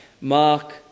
mark